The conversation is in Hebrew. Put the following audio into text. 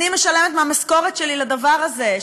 אני משלמת מהמשכורת שלי לדבר הזה,